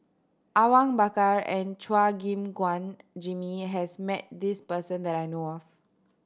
Awang Bakar and Chua Gim Guan Jimmy has met this person that I know of